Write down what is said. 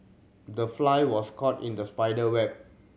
the fly was caught in the spider's web